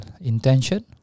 intention